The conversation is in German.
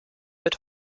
mit